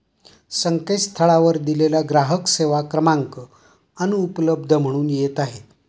संकेतस्थळावर दिलेला ग्राहक सेवा क्रमांक अनुपलब्ध म्हणून येत आहे